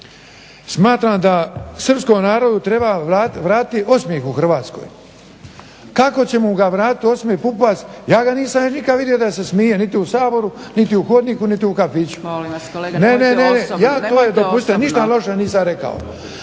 Smatram da srpskom narodu treba vratiti osmjeh u Hrvatskoj. Kako ćemo ga vratiti osmijeh Pupovac ja ga nisam nikad vidio sa se smije niti u Saboru niti u hodniku niti u kafiću. … /Govornici govore u isto vrijeme,